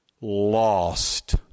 lost